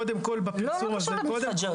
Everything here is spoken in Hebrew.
קודם כל --- לא זה לא קשור למתחדשות.